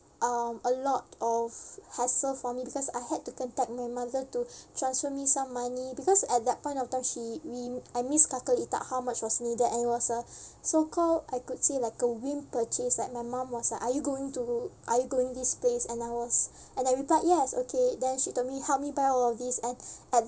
um a lot of hassle for me because I had to contact my mother to transfer me some money because at that point of time she we I miscalculated how much was needed and it was a so-called I could say like a whim purchase like my mum was like are you going to are you going this place and I was and I replied yes okay then she told me help me buy all of these and at